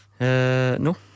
No